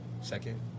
Second